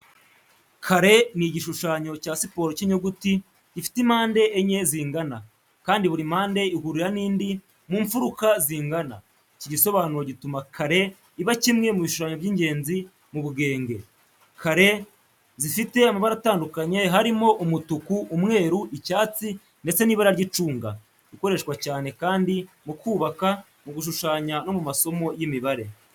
Kare ni igishushanyo cya siporo cy'inyuguti gifite impande enye zingana, kandi buri mpande ihurira n'indi mu mfuruka zingana. Iki gisobanuro gituma kare iba kimwe mu bishushanyo by’ingenzi mu bugenge. Kare zizfite amabara atandukanye harimo: umutuku, umweru, icyatsi ndetse nibara ry'icunga. Ikoreshwa cyane kandi mu kubaka, mu gushushanya no mu masomo y’imibare.